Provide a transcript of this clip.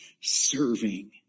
serving